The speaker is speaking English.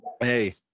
Hey